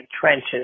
trenches